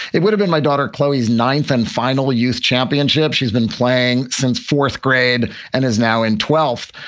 it would've been my daughter, chloe's ninth and final youth championship. she's been playing since fourth grade and is now in twelfth,